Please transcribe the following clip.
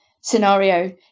scenario